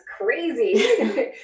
crazy